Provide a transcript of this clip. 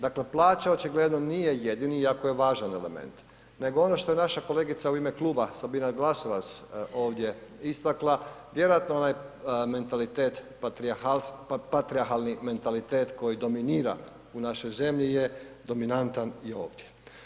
Dakle, plaća očigledno nije jedini iako je važan element, nego ono što je naša kolegica u ime kluba Sabina Glasovac ovdje istakla, vjerojatno onaj patrijarhalni mentalitet koji dominira u našoj zemlji je dominantan i ovdje.